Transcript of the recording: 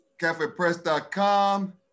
CafePress.com